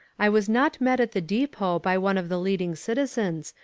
i was not met at the depot by one of the leading citizens,